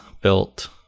built